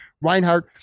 Reinhardt